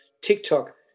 TikTok